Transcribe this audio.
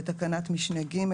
2),